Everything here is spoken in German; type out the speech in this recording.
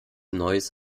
neuss